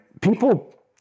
people